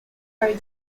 are